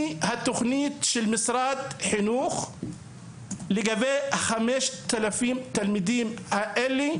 התוכנית של משרד החינוך לגבי 5,000 הילדים האלה,